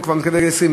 כבן 20,